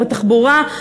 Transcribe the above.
בתחבורה,